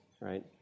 right